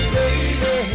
baby